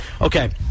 Okay